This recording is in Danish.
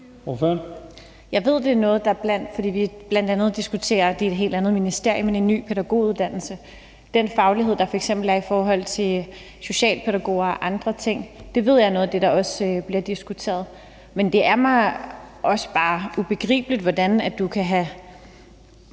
Jeg ved, det er noget, der bl.a. bliver diskuteret – og det er i et helt andet ministerium – i forbindelse med en ny pædagoguddannelse, altså den faglighed, der f.eks. er hos socialpædagoger og andre. Det ved jeg er noget af det, der også bliver diskuteret. Men det er mig også bare ubegribeligt, hvordan du kan have